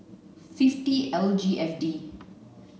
fifty L G F D